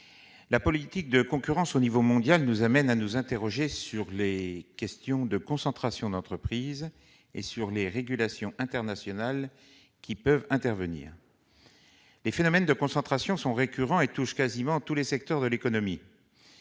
La politique de concurrence au niveau mondial nous amène à nous interroger sur les questions de concentrations d'entreprise et sur les régulations internationales qui peuvent intervenir. Les phénomènes de concentration sont récurrents et touchent quasiment tous les secteurs de l'économie.